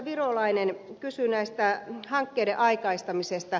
virolainen kysyi hankkeiden aikaistamisesta